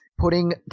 putting